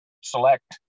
select